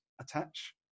attach